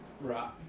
right